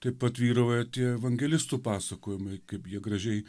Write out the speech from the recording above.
taip pat vyrauja tie evangelistų pasakojimai kaip jie gražiai